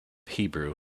hebrew